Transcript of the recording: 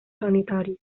sanitaris